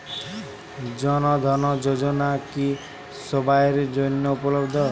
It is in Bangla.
জন ধন যোজনা কি সবায়ের জন্য উপলব্ধ?